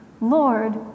Lord